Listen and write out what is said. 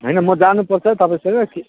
होइन म जानुपर्छ तपाईँसँग कि